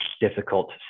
difficult